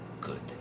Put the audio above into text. good